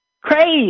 Crazy